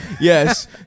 yes